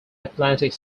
atlantic